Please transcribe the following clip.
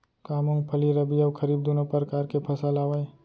का मूंगफली रबि अऊ खरीफ दूनो परकार फसल आवय?